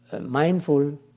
mindful